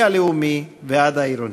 מהלאומי ועד העירוני.